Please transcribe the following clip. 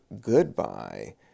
goodbye